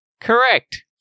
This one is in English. Correct